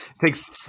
takes